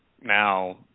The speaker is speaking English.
now